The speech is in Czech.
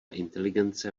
inteligence